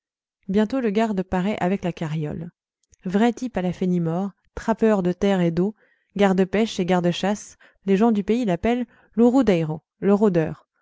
bientôt le garde paraît avec la carriole vrai type à la fenimore trappeur de terre et d'eau garde pêche et garde-chasse les gens du pays l'appellent lou roudeïroù le rôdeur